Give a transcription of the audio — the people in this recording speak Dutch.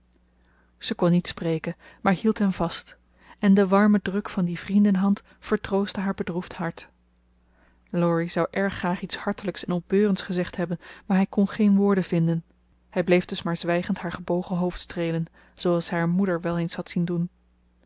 zij kon niet spreken maar hield hem vast en de warme druk van die vriendenhand vertroostte haar bedroefd hart laurie zou erg graag iets hartelijks en opbeurends gezegd hebben maar hij kon geen woorden vinden hij bleef dus maar zwijgend haar gebogen hoofd streelen zooals hij haar moeder wel eens had zien doen